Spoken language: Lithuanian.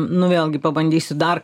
nu vėlgi pabandysiu dar